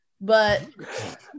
but-